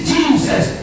Jesus